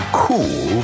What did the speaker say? cool